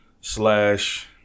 slash